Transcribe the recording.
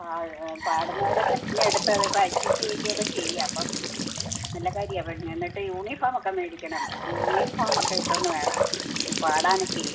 പാടുന്നവരെ തെരഞ്ഞെടുത്ത് അത് പ്രാക്റ്റീസ് ചെയ്യിക്കുകയൊക്കെ ചെയ്യാം അപ്പം നല്ല കാര്യാ എന്നിട്ട് യൂണിഫോമൊക്കെ വേടിക്കണം യൂണിഫോമൊക്കെ ഇട്ടുകൊണ്ട് വേണം ഇത് പാടാനൊക്കെ